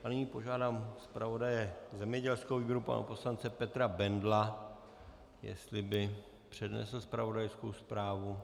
A nyní požádám zpravodaje zemědělského výboru pana poslance Petra Bendla, jestli by přednesl zpravodajskou zprávu.